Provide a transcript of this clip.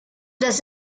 das